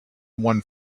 one